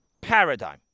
paradigm